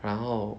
然后